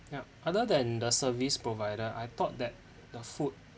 yup other than the service provider I thought that the food